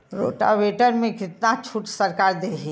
Rotavator में कितना छूट सरकार देही?